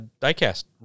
die-cast